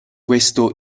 questo